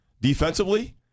defensively